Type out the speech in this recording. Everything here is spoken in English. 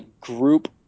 group